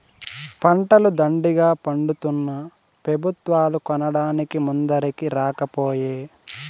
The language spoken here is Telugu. పంటలు దండిగా పండితున్నా పెబుత్వాలు కొనడానికి ముందరికి రాకపోయే